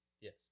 Yes